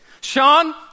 Sean